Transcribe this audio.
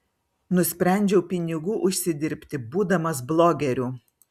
nusprendžiau pinigų užsidirbti būdamas blogeriu